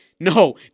No